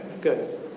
good